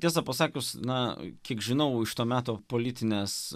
tiesą pasakius na kiek žinau iš to meto politinės